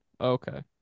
Okay